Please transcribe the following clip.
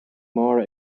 máire